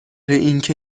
اینکه